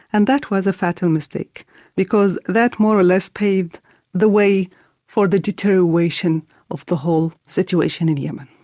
and that was a fatal mistake because that more or less paved the way for the deterioration of the whole situation in yemen.